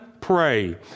pray